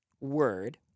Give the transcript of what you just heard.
word